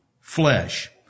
flesh